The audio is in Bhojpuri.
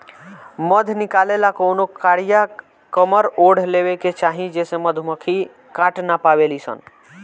मध निकाले ला कवनो कारिया कमर ओढ़ लेवे के चाही जेसे मधुमक्खी काट ना पावेली सन